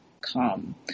come